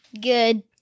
Good